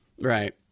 Right